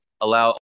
allow